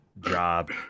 job